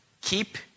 Keep